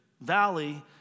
valley